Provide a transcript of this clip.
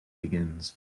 begins